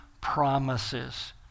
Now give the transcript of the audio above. promises